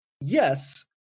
Yes